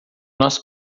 nós